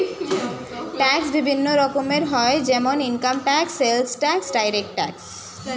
tax বিভিন্ন রকমের হয় যেমন income tax, sales tax, direct tax